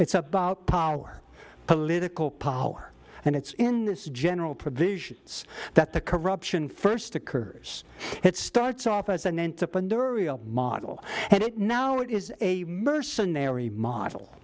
it's about power political power and it's in this general provisions that the corruption first occur it starts off as an end to model and it now it is a mercenary model